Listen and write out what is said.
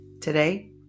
Today